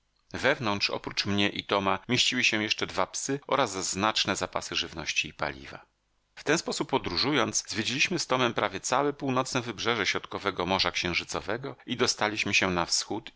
wewnątrz oprócz mnie i toma mieściły się jeszcze dwa psy oraz znaczne zapasy żywności i paliwa w ten sposób podróżując zwiedziliśmy z tomem prawie całe północne wybrzeże środkowego morza księżycowego i dostaliśmy się na wschód